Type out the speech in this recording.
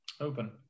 Open